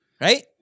Right